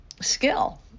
Skill